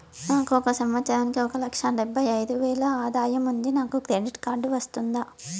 నాకు ఒక సంవత్సరానికి ఒక లక్ష డెబ్బై అయిదు వేలు ఆదాయం ఉంది నాకు క్రెడిట్ కార్డు వస్తుందా?